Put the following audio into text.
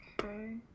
Okay